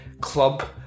club